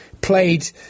played